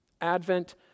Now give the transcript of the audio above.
Advent